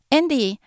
Andy